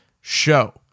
show